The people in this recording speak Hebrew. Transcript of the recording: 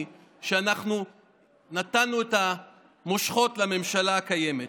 כשאנחנו נתנו את המושכות לממשלה הקיימת.